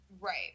Right